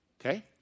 Okay